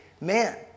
man